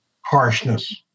Harshness